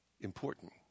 important